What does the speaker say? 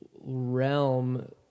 realm